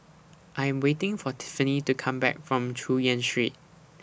I'm waiting For Tiffany to Come Back from Chu Yen Street